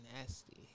nasty